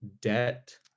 debt